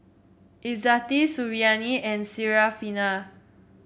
Izzati Suriani and Syarafina